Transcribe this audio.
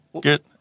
get